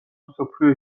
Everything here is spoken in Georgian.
მსოფლიო